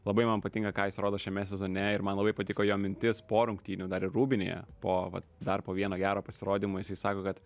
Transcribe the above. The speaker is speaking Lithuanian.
labai man patinka ką jis rodo šiame sezone ir man labai patiko jo mintis po rungtynių dar ir rūbinėje po vat dar po vieno gero pasirodymo jisai sako kad